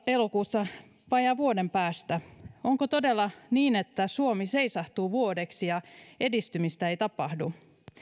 elokuussa vajaan vuoden päästä onko todella niin että suomi seisahtuu vuodeksi ja edistymistä ei tapahdu